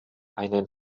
eine